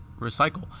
recycle